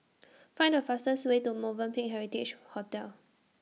Find The fastest Way to Movenpick Heritage Hotel